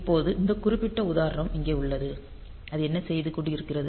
இப்போது இந்த குறிப்பிட்ட உதாரணம் இங்கே உள்ளது அது என்ன செய்து கொண்டிருக்கிறது